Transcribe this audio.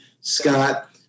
Scott